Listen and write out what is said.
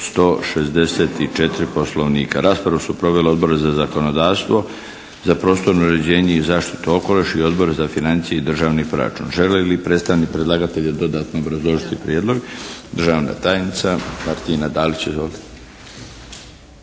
164. poslovnika. Raspravu su proveli Odbori za zakonodavstvo, za prostorno uređenje i zaštitu okoliša i Odbor za financije i državni proračun. Želi li predstavnik predlagatelja dodatno obrazložiti prijedlog? Državna tajnica Martina Dalić. Izvolite.